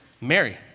Mary